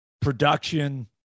production